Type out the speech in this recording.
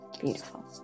Beautiful